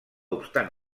obstant